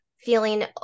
feeling